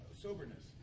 soberness